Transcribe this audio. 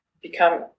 become